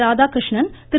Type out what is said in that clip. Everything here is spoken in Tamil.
ராதாகிருஷ்ணன் திரு